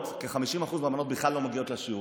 כ-50% מהבנות בכלל לא מגיעות לשיעור,